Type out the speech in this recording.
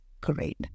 Great